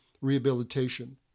rehabilitation